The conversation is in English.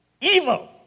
evil